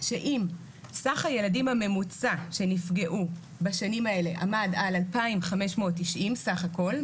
שאם סך הילדים הממוצע שנפגעו בשנים האלה עמד על 2,590 סך הכל,